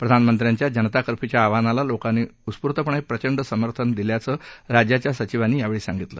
प्रधानमंत्र्यांच्या जनता कर्फ्यूच्या आवाहनाला लोकांनी उत्स्फूर्तपणे प्रचंड समर्थन दिल्याचं राज्याच्या सचिवांनी यावेळी सांगितलं